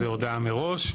אז זה הודעה מראש.